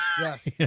Yes